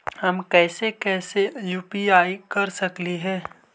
हम कैसे कैसे यु.पी.आई कर सकली हे?